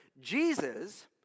Jesus